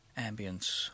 Ambience